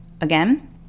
Again